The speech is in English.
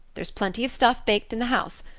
there's plenty of stuff baked in the house.